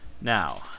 Now